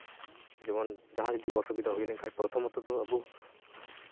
ᱡᱮᱢᱚᱱ ᱡᱟᱦᱟᱸᱭ ᱡᱩᱫᱤ ᱚᱥᱩᱵᱤᱫᱷᱟ ᱦᱩᱭ ᱞᱮᱱᱠᱷᱟᱱ ᱯᱨᱚᱛᱷᱚᱢᱚᱛᱚ ᱫᱚ ᱟᱵᱚ